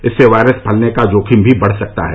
इससे वायरस फैलने का जोखिम भी बढ़ सकता है